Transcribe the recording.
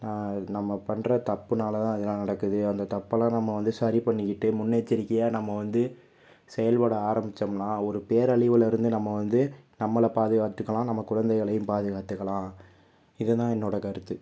நம்ப பண்கிற தப்புனால் தான் இதுலாம் நடக்குது அந்த தப்பெல்லாம் நம்ப வந்து சரி பண்ணிக்கிட்டு முன்னெச்சரிக்கையாக நம்ப வந்து செயல்பட ஆரம்பிச்சோம்னா ஒரு பேரழிவுலேருந்து நம்ப வந்து நம்பளை பாதுகாத்துக்கலாம் நம்ப குழந்தைங்களையும் பாதுகாத்துக்கலாம் இது தான் என்னோடய கருத்து